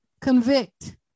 Convict